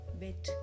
bit